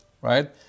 right